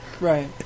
Right